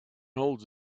holds